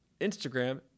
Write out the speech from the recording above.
Instagram